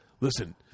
listen